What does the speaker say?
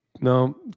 No